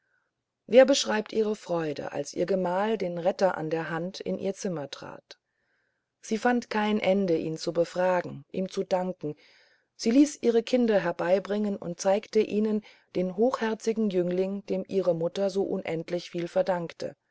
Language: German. wer beschreibt ihre freude als ihr gemahl den retter an der hand in ihr zimmer trat sie fand kein ende ihn zu befragen ihm zu danken sie ließ ihre kinder herbeibringen und zeigte ihnen den hochherzigen jüngling dem ihre mutter so unendlich viel verdanke